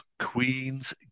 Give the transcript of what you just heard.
Queen's